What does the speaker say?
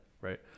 right